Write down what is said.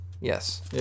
Yes